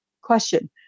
Question